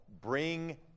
bring